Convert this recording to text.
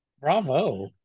Bravo